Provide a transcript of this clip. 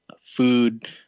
food